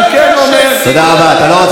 אתה לא יודע, אני כן אומר, תודה רבה.